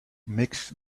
makes